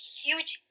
huge